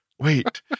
Wait